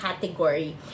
category